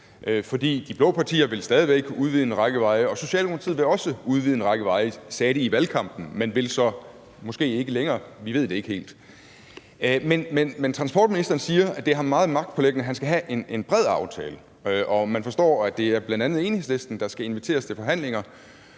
de blå partier vil stadig væk udvide en række veje, og Socialdemokratiet vil også udvide en række veje, sagde de i valgkampen, men det vil de så måske ikke længere – vi ved det ikke helt. Men transportministeren siger, at det er ham meget magtpåliggende, at han skal have en bred aftale. Man forstår, at det bl.a. er Enhedslisten, der skal inviteres til forhandlinger,